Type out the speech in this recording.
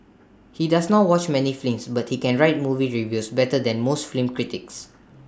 he does not watch many films but he can write movie reviews better than most film critics